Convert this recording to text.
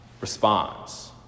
responds